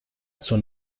zur